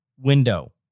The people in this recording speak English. window